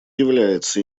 является